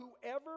Whoever